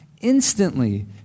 Instantly